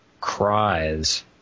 cries